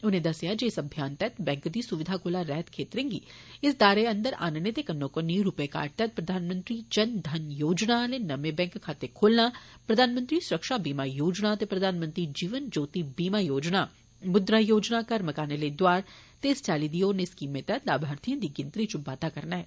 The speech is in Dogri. उनें दस्सेआ जे इस अभियान तैहत बैंकें दी सुविधा कोला रैहत क्षेत्रें गी इस दायरे अंदर आनने दे कन्नो कन्नी रूपे कार्ड तैहत प्रधानमंत्री जन धन योजना आले नमें बैंक खाते खोलना प्रधानमंत्री सुरक्षा बीमा योजना ते प्रधानमंत्री जीवन ज्योति बीमा योजना मुद्रा योजना घरें मकानें लेई दोआर ते इस चाली दिएं होरनें स्कीमें तैहत लाभार्थिएं दी गिनत्री च बाद्दा करना ऐ